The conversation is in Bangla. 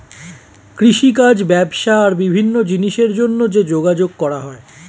কৃষিকাজ, ব্যবসা আর বিভিন্ন জিনিসের জন্যে যে যোগাযোগ করা হয়